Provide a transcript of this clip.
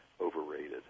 overrated